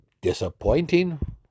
disappointing